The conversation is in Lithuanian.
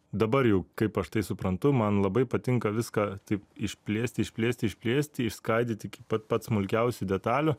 dabar jau kaip aš tai suprantu man labai patinka viską taip išplėsti išplėsti išplėsti išskaidyti iki pat pat smulkiausių detalių